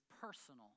personal